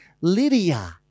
lydia